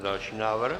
Další návrh?